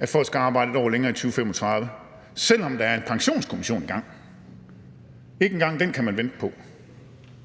at folk skal arbejde et år længere i 2035, selv om der en Pensionskommission i gang – ikke engang den kan man vente på.